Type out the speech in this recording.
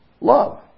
love